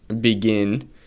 begin